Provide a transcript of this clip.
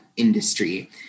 industry